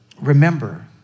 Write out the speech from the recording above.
remember